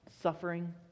suffering